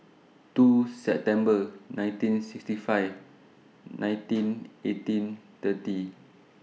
two September nineteen sixty five nineteen eighteen thirty